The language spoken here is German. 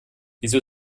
wieso